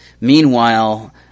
Meanwhile